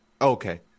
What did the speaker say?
okay